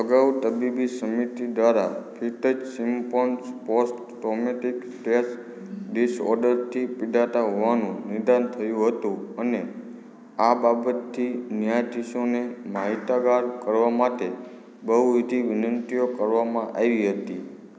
અગાઉ તબીબી સમિતિ દ્વારા ફીટસ સીમ્પટમ્સ પોસ્ટ ટ્રૉમેટિક ટૅસ્ટ ડિસઑર્ડરથી પિડાતા હોવાનું નિદાન થયું હતું અને આ બાબતથી ન્યાયાધીશોને માહિતગાર કરવા માટે બહુવિધ વિનંતીઓ કરવામાં આવી હતી